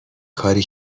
کاری